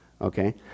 okay